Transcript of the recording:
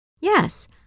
Yes